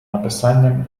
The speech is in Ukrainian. написанням